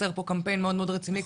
חסר פה קמפיין מאוד מאוד רציני,